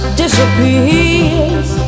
disappears